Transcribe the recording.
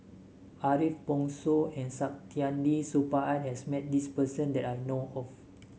Ariff Bongso and Saktiandi Supaat has met this person that I know of